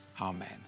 Amen